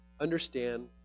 understand